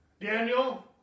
Daniel